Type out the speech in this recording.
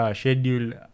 schedule